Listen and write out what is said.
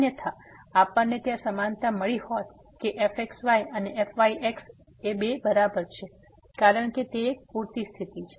અન્યથા આપણને ત્યાં સમાનતા મળી હોત કે fxy એ fyx ની બરાબર છે કારણ કે તે એક પૂરતી સ્થિતિ છે